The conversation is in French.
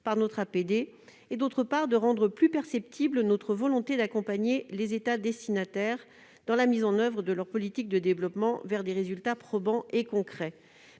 par notre APD. Par ailleurs, il rendrait plus perceptible notre volonté d'accompagner les États destinataires dans la mise en oeuvre de leur politique de développement vers des résultats probants et concrets.